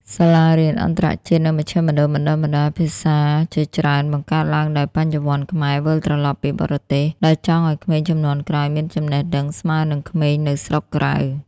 សាលារៀនអន្តរជាតិ និងមជ្ឈមណ្ឌលបណ្ដុះបណ្ដាលភាសាជាច្រើន បង្កើតឡើងដោយ "បញ្ញវន្តខ្មែរវិលត្រឡប់ពីបរទេស" ដែលចង់ឱ្យក្មេងជំនាន់ក្រោយមានចំណេះដឹងស្មើនឹងក្មេងនៅស្រុកក្រៅ។